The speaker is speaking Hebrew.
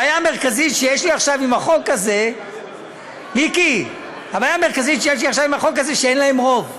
הבעיה המרכזית שיש לי עכשיו עם החוק הזה היא שאין להם רוב.